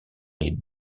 les